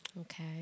Okay